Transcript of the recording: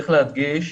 צריך להדגיש,